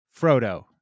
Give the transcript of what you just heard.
Frodo